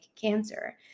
Cancer